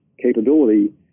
capability